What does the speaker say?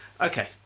okay